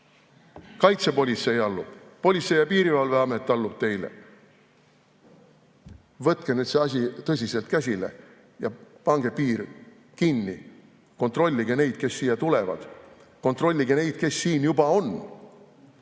Kaitsepolitsei allub [teile], Politsei‑ ja Piirivalveamet allub teile. Võtke nüüd see asi tõsiselt käsile ja pange piir kinni. Kontrollige neid, kes siia tulevad. Kontrollige neid, kes siin juba on.